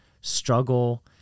struggle